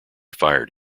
fired